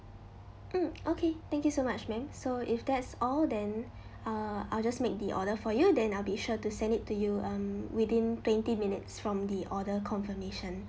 mm okay thank you so much ma'am so if that's all then uh I'll just make the order for you then I'll be sure to send it to you um within twenty minutes from the order confirmation